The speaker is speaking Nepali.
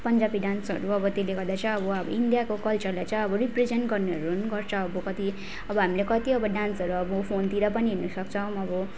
पन्जाबी डान्सहरू अब त्यसले गर्दा चाहिँ अब अब इन्डियाको कल्चरलाई चाहिँ अब रिप्रेजेन्ट गर्नेहरू नि गर्छ अब कति अब हामीले कति अब डान्सहरू अब फोनतिर पनि हेर्न सक्छौँ अब